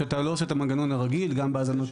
כשאתה לא עושה את המנגנון הרגיל: גם בהאזנות